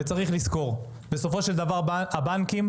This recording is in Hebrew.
וצריך לזכור, שבסופו של דבר, הבנקים